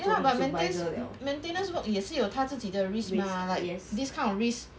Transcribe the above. ya lah but mainten~ maintenance work 也是有他自己的 risk mah like this kind of risk